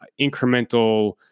incremental